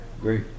great